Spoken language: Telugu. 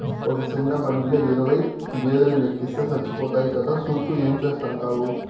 ఒక సిన్న బండిల ఇరవై గేదేలెనెక్కిస్తే సచ్చిపోతాయి కదా, సూత్తూ ఏం చేస్తాండావు